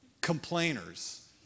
complainers